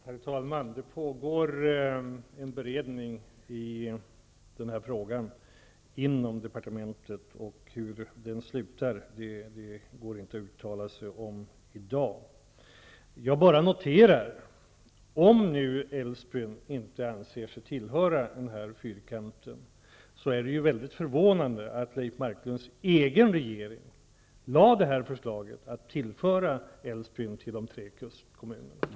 Herr talman! Det pågår en beredning i denna fråga inom departementet. Vad den kommer att resultera i kan jag inte uttala mig om i dag. Jag bara noterar att om Älvsbyn inte anser sig tillhöra denna fyrkant är det mycket förvånande att Leif Marklunds egen regering lade fram förslaget att Älvsbyn skulle höra till de tre kustkommunerna.